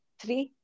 three